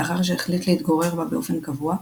לאחר שהחליט להתגורר בה באופן קבוע,